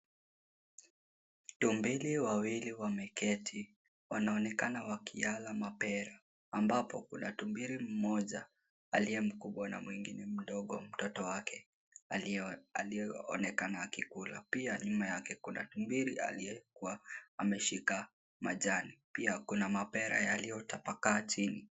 Tumbili wawili wameketi, wanaonekana wakiyala mapera, ambapo kuna tumbili mmoja aliye mkubwa na mwingine mdogo, mtoto wake, aliye, aliyeonekana akikula. Pia nyuma yake kuna tumbili aliyekuwa ameshika majani. Pia kuna mapera yaliyotapakaa chini.